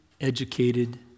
educated